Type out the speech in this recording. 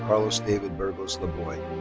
carlos david burgos laboy.